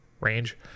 Range